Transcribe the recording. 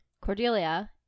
Cordelia